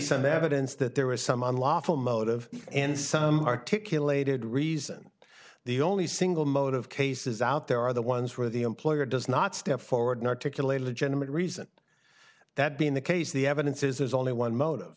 some evidence that there was some unlawful motive and some articulated reason the only single motive cases out there are the ones where the employer does not step forward and articulate a legitimate reason that being the case the evidence is there's only one motive